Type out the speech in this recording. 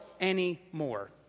anymore